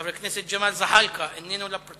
חבר הכנסת ג'מאל זחאלקה שאל את השר להגנת